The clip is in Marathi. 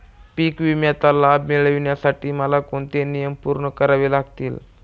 पीक विम्याचा लाभ मिळण्यासाठी मला कोणते नियम पूर्ण करावे लागतील?